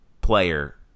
player